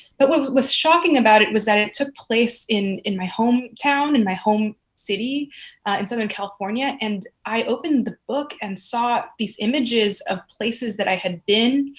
but what was was shocking about it was it took place in in my hometown, in my home city in southern california, and i opened the book and saw these images of places that i had been,